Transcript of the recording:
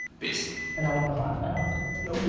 peace. and then we'll move on. i love it. you know but